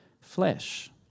flesh